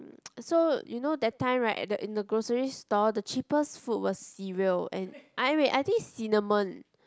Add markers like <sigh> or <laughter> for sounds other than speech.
<noise> so you know that time right at the in the grocery store the cheapest food was cereal and eh wait I think cinnamon